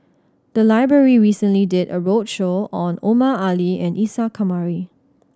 the library recently did a roadshow on Omar Ali and Isa Kamari